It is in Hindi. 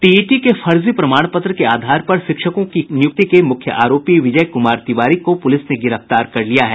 टीईटी के फर्जी प्रमाण पत्र के आधार पर शिक्षकों की नियुक्ति के मुख्य आरोपी विजय कुमार तिवारी को पुलिस ने गिरफ्तार कर लिया है